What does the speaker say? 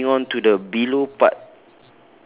then moving on to the below part